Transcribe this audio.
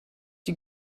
die